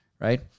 right